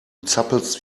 zappelst